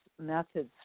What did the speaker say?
methods